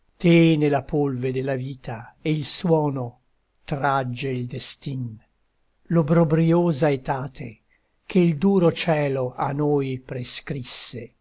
lido te nella polve della vita e il suono tragge il destin l'obbrobriosa etate che il duro cielo a noi prescrisse